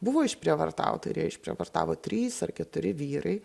buvo išprievartauta ir ją išprievartavo trys ar keturi vyrai